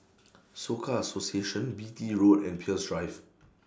Soka Association Beatty Road and Peirce Drive